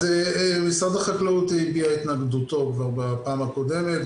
אז משרד החקלאות הביע את התנגדותו כבר בפעם הקודמת,